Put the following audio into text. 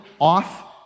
off